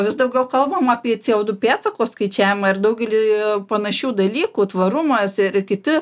vis daugiau kalbam apie co du pėdsako skaičiavimą ir daugelį panašių dalykų tvarumas ir kiti